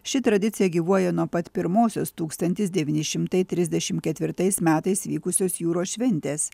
ši tradicija gyvuoja nuo pat pirmosios tūkstantis devyni šimtai trisdešimt ketvirtais metais vykusios jūros šventės